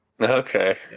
Okay